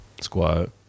Squad